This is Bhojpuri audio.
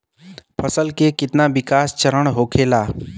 फसल के कितना विकास चरण होखेला?